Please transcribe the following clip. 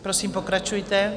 Prosím, pokračujte.